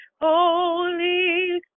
Holy